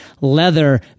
leather